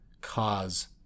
cause